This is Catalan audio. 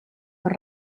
per